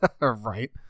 Right